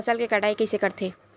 फसल के कटाई कइसे करथे?